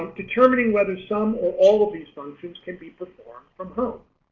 um determining whether some or all of these functions can be performed from home.